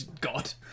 God